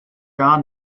gar